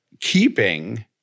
keeping